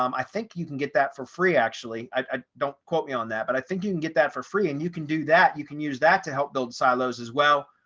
um i think you can get that for free. actually, i don't quote me on that. but i think you can get that for free. and you can do that you can use that to help build silos as well.